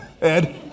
Ed